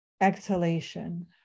Exhalation